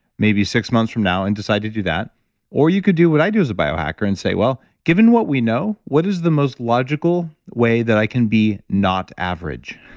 maybe six months from now and decide to do that or you could do what i do as a biohacker and say, well, given what we know, what is the most logical way that i can be not average?